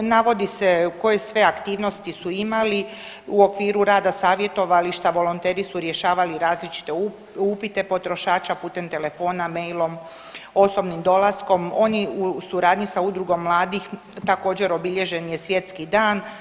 Navodi se koje sve aktivnosti su imali u okviru rada savjetovališta, volonteri su rješavali različite upite potrošača putem telefona, mailom, osobnim dolaskom, oni u suradnji sa udrugom mladih također obilježen je svjetski dan.